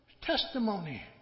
testimony